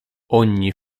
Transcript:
ogni